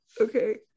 Okay